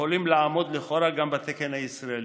ויכולים לעמוד לכאורה גם בתקן הישראלי,